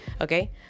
okay